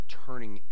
turning